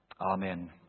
Amen